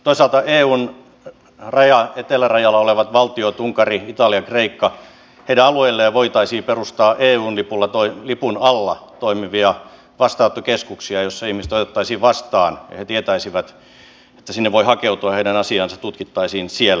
toisaalta eun etelärajalla olevien valtioiden unkarin italian kreikan alueille voitaisiin perustaa eun lipun alla toimivia vastaanottokeskuksia joissa ihmiset otettaisiin vastaan ja joista he tietäisivät että sinne voi hakeutua ja heidän asiaansa tutkittaisiin siellä